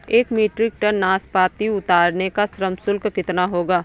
एक metric ton नाशपाती उतारने का श्रम शुल्क कितना होगा?